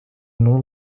nom